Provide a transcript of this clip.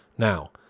Now